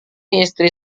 istri